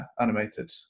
animated